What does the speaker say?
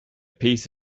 piece